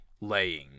laying